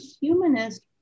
humanist